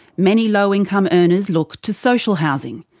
many low income earners look to social housing.